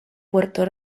puerto